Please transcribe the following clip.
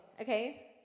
okay